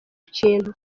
kintu